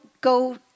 go